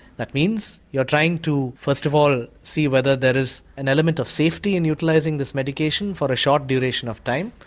that means you are trying to first of all see whether there is an element of safety in utilising this medication for a short duration of time.